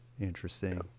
Interesting